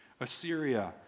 Assyria